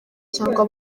cyangwa